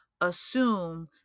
assume